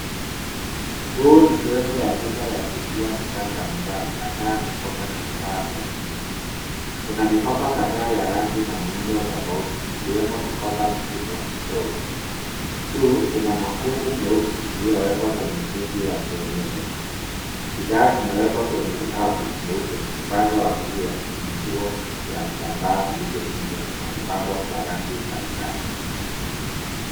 Huu ni sehemu ya duka ya kuuzia bidhaa mbalimbali hasa mikoba na vifaa vya shingo. Kuna mikoba kadhaa ya rangi na miundo tofauti ikiwemo mikoba mikubwa, midogo, juu kuna mkufu mweusi uliowekwa kwenye stendi ya kuonyesha. Bidhaa zimewekwa kwenye rafu nyeupe upande wa kulia na kuna nguo ya vitambaa vilivyokunjwa na kupangwa kwa rangi mbalimbali.